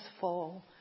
fall